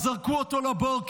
אז זרקו אותו לבור.